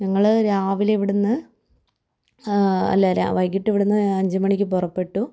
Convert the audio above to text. ഞങ്ങള് രാവിലെ ഇവിടെനിന്ന് അല്ല വൈകിട്ടിവിടുന്ന് അഞ്ചുമണിക്ക് പുറപ്പെട്ടു